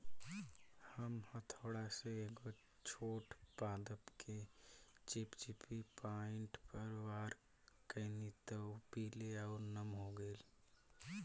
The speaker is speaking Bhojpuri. हम हथौड़ा से एगो छोट पादप के चिपचिपी पॉइंट पर वार कैनी त उ पीले आउर नम हो गईल